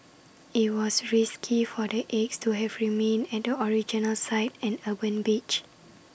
IT was risky for the eggs to have remained at the original site an urban beach